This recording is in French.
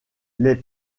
les